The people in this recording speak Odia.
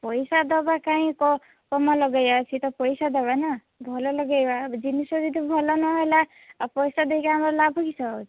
ପଇସା ଦେବା କାହିଁ ତ କମ୍ ଲଗେଇବା ସିଏ ତ ପଇସା ଦେବେ ନା ଭଲ ଲଗେଇବା ଏବେ ଜିନିଷ ଯଦି ଭଲ ନ ହେଲା ଆଉ ପଇସା ଦେଇକି ଆମର ଲାଭ କିସ ଅଛି